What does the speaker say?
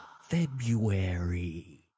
February